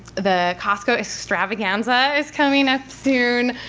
the costco extravaganza is coming up soon.